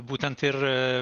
būtent ir